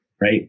right